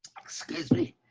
excuse me,